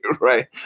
right